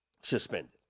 suspended